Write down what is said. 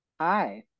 hi